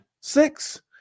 Six